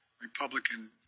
Republican